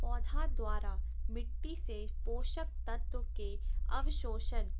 पौधा द्वारा मिट्टी से पोषक तत्व के अवशोषण